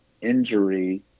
injury